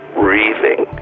breathing